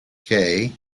kay